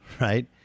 right